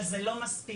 אבל זה לא מספיק,